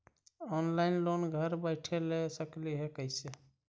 Online loan घर बैठे ले सकली हे, कैसे?